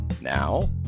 Now